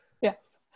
Yes